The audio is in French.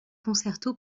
concerto